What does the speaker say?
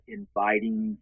inviting